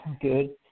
Good